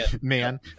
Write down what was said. man